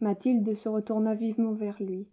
mathilde se retourna vivement vers lui